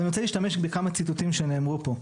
אבל אני רוצה להשתמש בכמה ציטוטים שנאמרו פה.